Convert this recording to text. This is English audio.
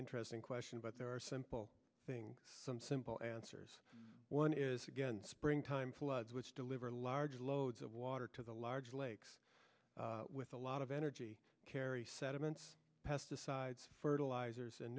interesting question but there are simple thing some simple answers one is again springtime floods which deliver large loads of water to the large lakes with a lot of energy carry sediments pesticides fertilizers and